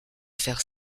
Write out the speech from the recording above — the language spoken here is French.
faire